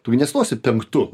tu gi nestosi penktu